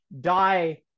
die